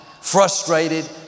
frustrated